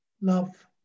Love